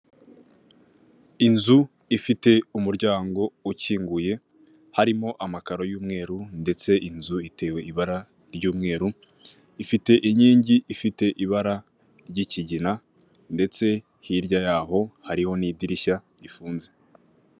Inzu ifite umuryango ukinguye harimo amakaro y'umweru ndetse inzu itewe ibara ry'umweru ifite inkingi ifite ibara ry'ikigina, ndetse hirya y'aho hariho n'idirishya rifunze.